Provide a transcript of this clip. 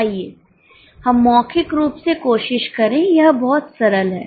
आइए हम मौखिक रूप से कोशिश करें यह बहुत सरल है